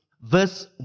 Verse